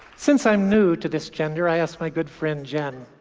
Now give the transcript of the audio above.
since i'm new to this gender, i asked my good friend jen.